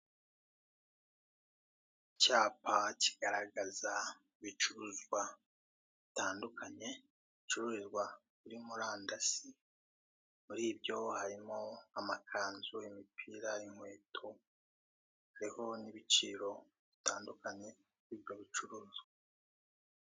Icyapa kigaragaza ibicuruzwa bitandukanye bicururizwa muri murandasi, muri byo harimo amakanzu, imipira, inkweto, hariho n'ibiciro bitandukanye by'ibyo bicuruzwa.